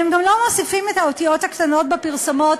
הם גם לא מוסיפים את האותיות הקטנות בפרסומות,